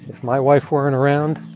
if my wife weren't around,